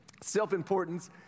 self-importance